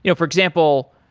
you know for example,